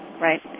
right